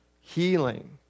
healing